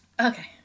Okay